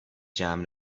جمع